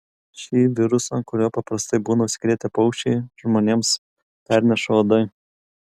šį virusą kuriuo paprastai būna užsikrėtę paukščiai žmonėms perneša uodai